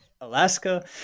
Alaska